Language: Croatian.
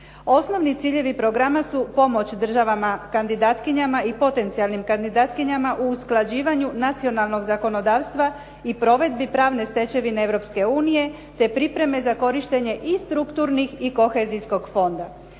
Osnovni ciljevi programa su pomoć država kandidatkinjama i potencijalnim kandidatkinjama u usklađivanju nacionalnog zakonodavstva i provedbi pravne stečevine Europske unije, te pripreme za korištenje i strukturnih i kohezijskog fonda.